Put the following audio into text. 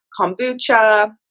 kombucha